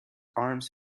arms